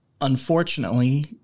Unfortunately